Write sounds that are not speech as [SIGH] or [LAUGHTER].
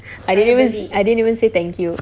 [BREATH] I didn't even say I didn't even say thank you